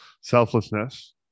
selflessness